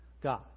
God